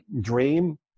dream